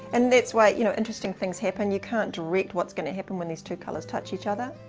and that's why you know, interesting things happen. you can't direct what's gonna happen when these two colors touch each other.